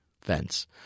fence